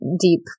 deep